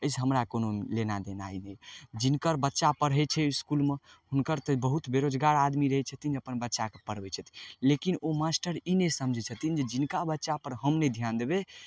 एहिसँ हमरा कोनो लेनाइ देनाइ नहि जिनकर बच्चा पढ़ै छै इसकुलमे हुनकर तऽ बहुत बेरोजगार आदमी रहै छथिन अपन बच्चाके पढ़बै छथिन लेकिन ओ मास्टर ई नहि समझै छथिन जे जिनका बच्चापर हम नहि धिआन देबै